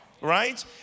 Right